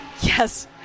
Yes